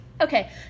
Okay